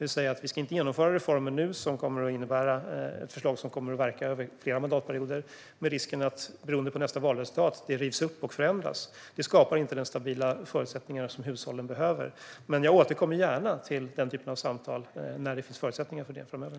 Vi ska alltså inte genomföra reformer nu som kommer att innebära ett förslag som kommer att verka över flera mandatperioder med risken att det, beroende på nästa valresultat, rivs upp och förändras. Det skapar inte de stabila förutsättningar som hushållen behöver. Men jag återkommer gärna till den typen av samtal när det finns förutsättningar för det framöver.